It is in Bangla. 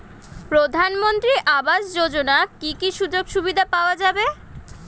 প্রধানমন্ত্রী আবাস যোজনা কি কি সুযোগ সুবিধা পাওয়া যাবে?